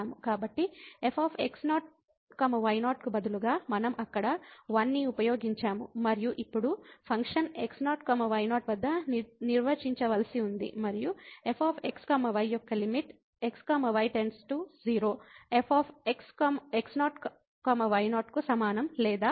కాబట్టి fx0y0 కు బదులుగా మనం అక్కడ 1 ని ఉపయోగించాము మరియు ఇప్పుడు ఫంక్షన్ x0 y0 వద్ద నిర్వచించవలసి ఉంది మరియు f x y యొక్క limit x y → 0 f x0 y0 కు సమానం లేదా